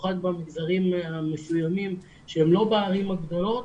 במיוחד במגזרים מסוימים שהם לא בערים הגדולות